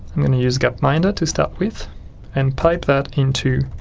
i'm gonna use gapminder to start with and pipe that into